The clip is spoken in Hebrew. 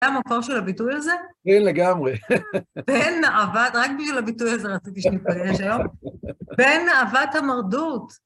זה המקור של הביטוי הזה? כן, לגמרי. בן נעוות, רק בשביל הביטוי הזה רציתי שנתפגש היום, בן נעוות המרדות